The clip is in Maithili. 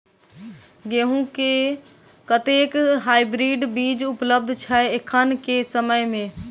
गेंहूँ केँ कतेक हाइब्रिड बीज उपलब्ध छै एखन केँ समय मे?